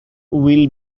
will